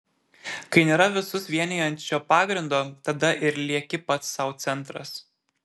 kai nėra visus vienijančio pagrindo tada ir lieki pats sau centras